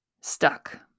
stuck